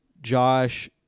Josh